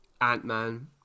Ant-Man